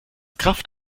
kraft